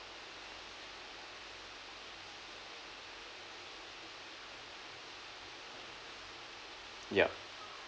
ya